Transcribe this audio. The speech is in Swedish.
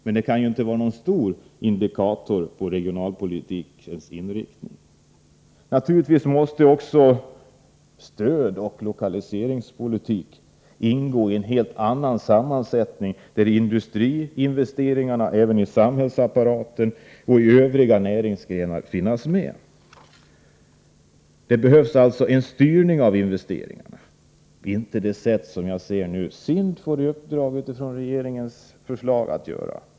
Men det kan inte vara någon väsentlig Naturligtvis måste även stödoch lokaliseringspolitiken ingå i en helt annan sammansättning, där industrins investeringar också i samhällsapparaten och i övriga näringsgrenar finns med. Det behövs alltså en samordning av investeringarna, men inte på det sätt som SIND får i uppdrag av regeringen att göra.